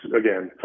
again